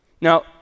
Now